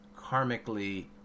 karmically